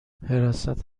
حراست